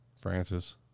Francis